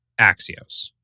Axios